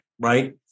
right